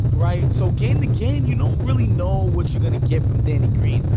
right. so game the game, you know, really know what you're gonna get from danny green.